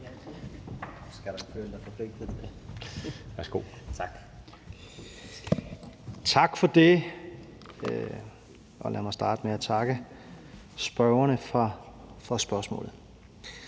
Tak for det. Lad mig starte med at takke forespørgerne for forespørgslen.